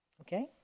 Okay